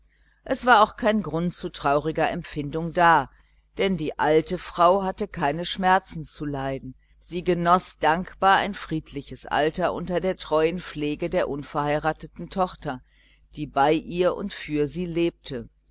es war auch kein grund zu trauriger empfindung da denn die alte frau hatte keine schmerzen zu leiden sie genoß dankbar ein friedliches alter unter der treuen pflege der unverheirateten tochter die bei ihr und für sie lebte